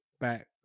back